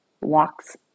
walks